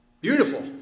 Beautiful